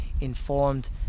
informed